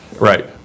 Right